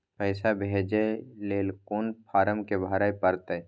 पैसा भेजय लेल कोन फारम के भरय परतै?